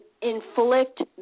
inflict